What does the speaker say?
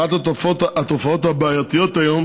אחת התופעות הבעייתיות היום